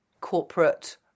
corporate